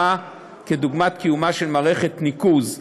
כדוגמת קיומה של מערכת ניקוז,